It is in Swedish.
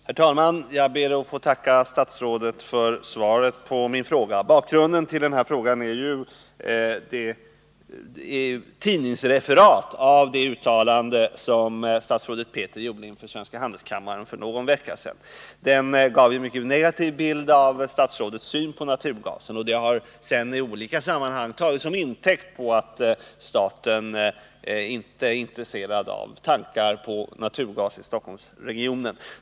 Herr talman! Jag ber att få tacka statsrådet för svaret på min fråga. Bakgrunden till frågan är ett tidningsreferat av ett uttalande som statsrådet Petri gjorde inför svenska handelskammaren för någon vecka sedan. Det gav en mycket negativ bild av statsrådets syn på naturgasen. Det har sedan i olika sammanhang tagits till intäkt för att staten inte är intresserad av tankar på naturgas i Stockholmsregionen.